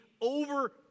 over